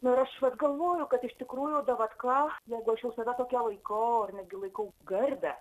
nu ir aš vat galvoju kad iš tikrųjų davatka jeigu aš jau save tokią laikau ir netgi laikau garbią